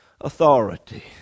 authority